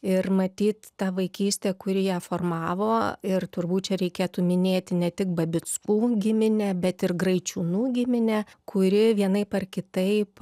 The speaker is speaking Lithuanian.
ir matyt ta vaikystė kuri ją formavo ir turbūt čia reikėtų minėti ne tik babickų giminę bet ir graičiūnų giminę kuri vienaip ar kitaip